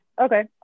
okay